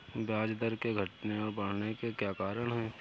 ब्याज दर के घटने और बढ़ने के क्या कारण हैं?